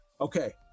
Okay